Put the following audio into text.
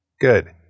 Good